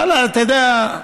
ואללה, אתה יודע,